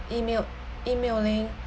email emailing